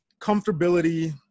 comfortability